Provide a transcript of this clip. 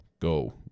go